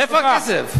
איפה הכסף?